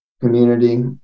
community